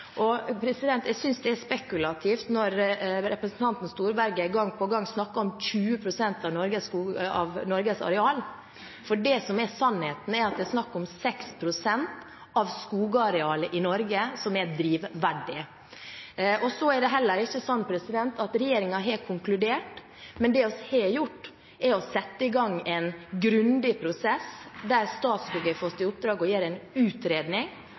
Jeg synes det er spekulativt når representanten Storberget gang på gang snakker om 20 pst. av Norges areal, for det som er sannheten, er at det er snakk om 6 pst. av skogarealet i Norge som er drivverdig. Så er det heller ikke slik at regjeringen har konkludert, men det vi har gjort, er å sette i gang en grundig prosess der Statskog har fått i oppdrag å gjøre en utredning,